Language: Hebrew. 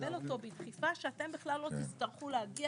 ולקבל אותו בכפיפה שאתם לא תצטרכו להגיע